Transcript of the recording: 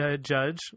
Judge